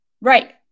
Right